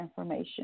information